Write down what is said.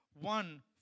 one